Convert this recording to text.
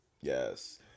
yes